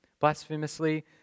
blasphemously